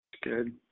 good